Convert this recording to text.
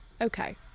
Okay